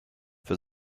für